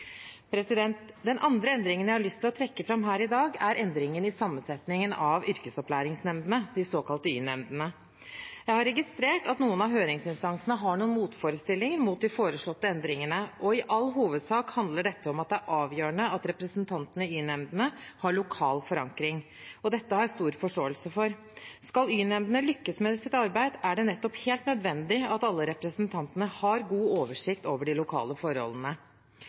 Den andre endringen jeg har lyst til å trekke fram her i dag, er endringen i sammensetningen av yrkesopplæringsnemndene, de såkalte y-nemndene. Jeg har registrert at noen av høringsinstansene har noen motforestillinger mot de foreslåtte endringene, og i all hovedsak handler dette om at det er avgjørende at representantene i y-nemndene har lokal forankring. Dette har jeg stor forståelse for. Skal y-nemndene lykkes med sitt arbeid, er det helt nødvendig at alle representantene har god oversikt over de lokale forholdene.